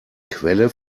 quelle